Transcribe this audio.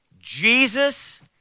Jesus